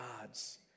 gods